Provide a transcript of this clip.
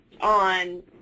on